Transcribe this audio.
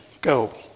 go